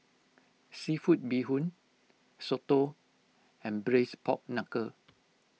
Seafood Bee Hoon Soto and Braised Pork Knuckle